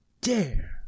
dare